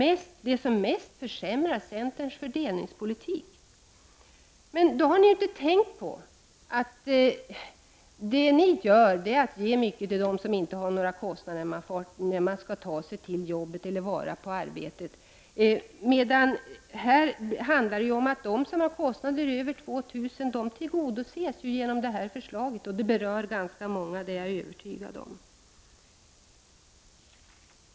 är det som mest försämrar centerns fördelningspolitik. Då har ni inte tänkt på att det ni vill göra är att ge mycket till dem som inte har några kostnader för att ta sig till arbetet eller vara på arbetet. Här handlar det om att de som har kostnader på över 2 000 kr. skall tillgodoses genom förslaget. — Prot. 1989/90:140 Det berör ganska många människor. Det är jag övertygad om.